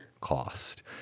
cost